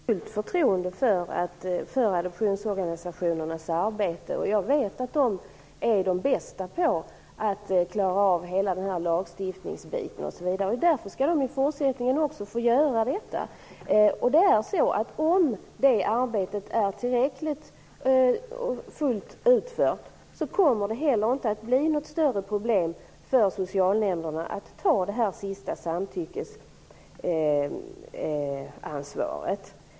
Fru talman! Jag har definitivt ett förtroende för adoptionsorganisationernas arbete, och jag vet att de är bäst på att klara frågor om lagstiftning osv. Därför skall de i fortsättningen också få göra detta. Om det arbetet är fullt utfört, kommer det inte heller att bli något större problem för socialnämnderna att ta det sista samtyckesansvaret.